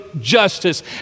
justice